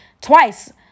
twice